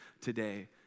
today